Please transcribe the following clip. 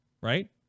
right